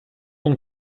ton